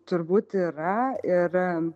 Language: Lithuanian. turbūt yra ir